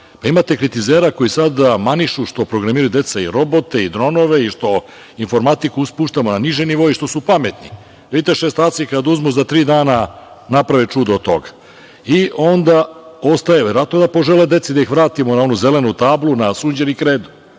Imate kritizera koji sada manišu što programiraju deca i robote i dronove i što informatiku spuštamo na niže nivoe i što su pametni. Vidite, šestaci kada uzmu za tri dana naprave čudo od toga. Onda verovatno ostaje da požele deci da ih vratimo na onu zelenu tablu, na sunđere i kredu.